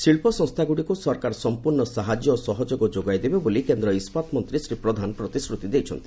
ଶିଳ୍ପ ସଂସ୍ଥାଗୁଡ଼ିକୁ ସରକାର ସମ୍ପୂର୍ଣ୍ଣ ସାହାଯ୍ୟ ଓ ସହଯୋଗ ଯୋଗାଇ ଦେବେ ବୋଲି କେନ୍ଦ୍ର ଇସ୍କାତ୍ ମନ୍ତ୍ରୀ ଶ୍ରୀ ପ୍ରଧାନ ପ୍ରତିଶ୍ରତି ଦେଇଛନ୍ତି